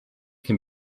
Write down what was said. can